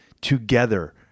together